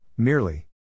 Merely